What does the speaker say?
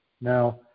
Now